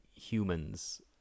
humans